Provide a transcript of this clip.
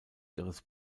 ihres